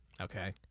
Okay